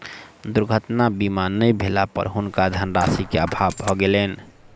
दुर्घटना बीमा नै भेला पर हुनका धनराशि के अभाव भ गेलैन